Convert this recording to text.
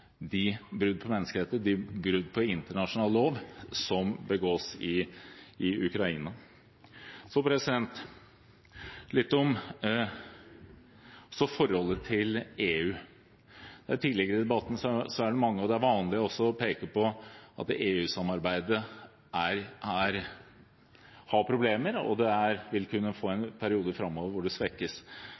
brudd på menneskerettigheter og de brudd på internasjonal lov som begås i Ukraina. Så litt om forholdet til EU. Tidligere i debatten er det mange som har nevnt – og det er også vanlig å peke på – at EU-samarbeidet har problemer, og at man vil kunne få en periode framover hvor det svekkes.